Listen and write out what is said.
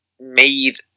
made